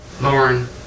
Lauren